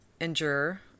endure